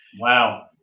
Wow